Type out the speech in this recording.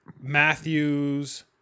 Matthews